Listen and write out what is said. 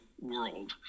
World